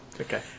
Okay